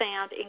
sound